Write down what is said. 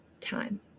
time